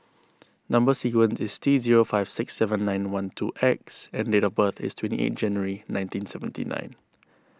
Number Sequence is T zero five six seven nine one two X and date of birth is twenty eight January nineteen seventy nine